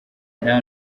nta